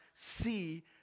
See